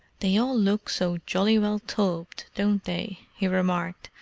they all look so jolly well tubbed, don't they? he remarked,